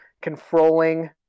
controlling